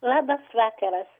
labas vakaras